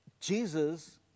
Jesus